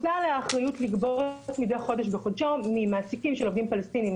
אחריות לגבות מדי חודש בחודשו ממעסיקים של עובדים פלסטינים